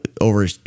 over